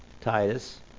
Titus